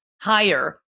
higher